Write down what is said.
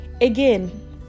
again